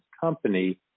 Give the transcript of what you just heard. company